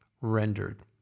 rendered